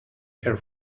air